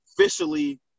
officially